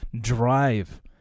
drive